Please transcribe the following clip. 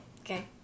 Okay